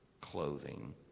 clothing